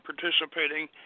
participating